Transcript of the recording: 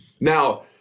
Now